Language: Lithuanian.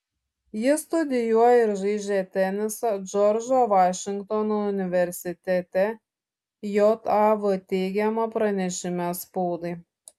jis studijuoja ir žaidžia tenisą džordžo vašingtono universitete jav teigiama pranešime spaudai